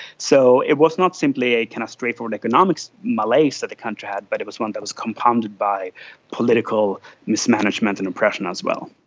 so it was not simply a kind of straightforward economic malaise that the country had, but it was one that was compounded by political mismanagement and oppression as well.